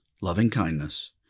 loving-kindness